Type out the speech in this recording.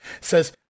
says